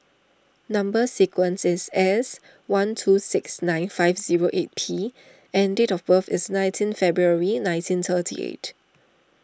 Number Sequence is S one two six nine five zero eight P and date of birth is nineteen February nineteen thirty eight